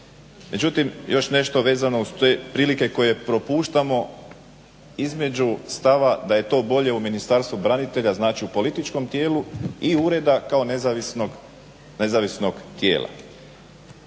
Međutim, još nešto vezano uz te prilike koje propuštamo između stava da je to bolje u Ministarstvu branitelja, znači u političkom tijelu i ureda kao nezavisnog tijela.